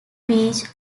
beach